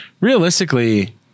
realistically